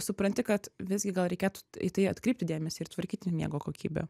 supranti kad visgi gal reikėtų t į tai atkreipti dėmesį ir tvarkyti miego kokybę